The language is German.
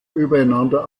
übereinander